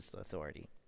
authority